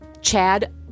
Chad